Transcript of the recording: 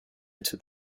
into